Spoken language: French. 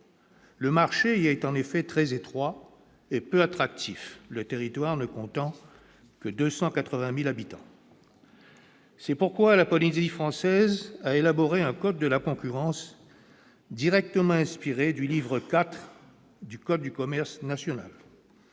Le marché y est en effet très étroit et peu attractif, le territoire ne comptant que 280 000 habitants. C'est pourquoi la Polynésie française a élaboré un code de la concurrence, directement inspiré du livre IV du code de commerce national,